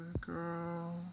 girl